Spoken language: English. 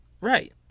Right